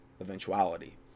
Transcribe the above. eventuality